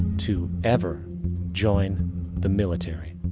to ever join the military.